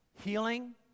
healing